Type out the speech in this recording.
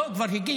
לא, כבר הגיע.